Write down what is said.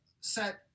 set